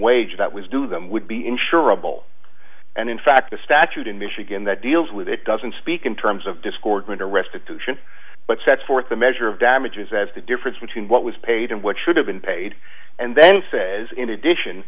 wage that was due them would be insurable and in fact the statute in michigan that deals with it doesn't speak in terms of discordant arrested but sets forth a measure of damages as the difference between what was paid and what should have been paid and then says in addition